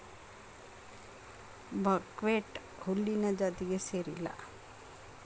buckwheat ಹುಲ್ಲಿನ ಜಾತಿಗೆ ಸೇರಿಲ್ಲಾ